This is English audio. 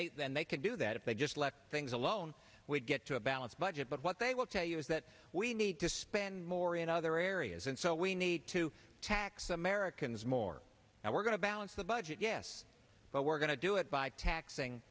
they and they could do that if they just left things alone would get to a balanced budget but what they will tell you is that we need to spend more in other areas and so we need to tax americans more and we're going to balance the budget yes but we're going to do it by taxing